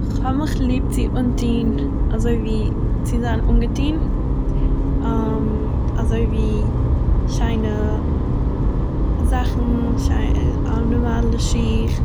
איך הא'מיך ליב צו אנטוהן אזוי ווי צו זיין אנגעטוהן אזוי ווי שיינע זאכן שיינע א נארמאלע שיך,